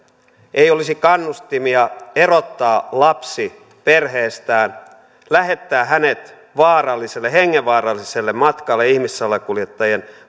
ei olisi kannustimia erottaa lapsi perheestään lähettää hänet vaaralliselle hengenvaaralliselle matkalle ihmissalakuljettajien